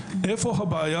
הבעיה